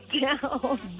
down